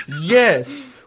Yes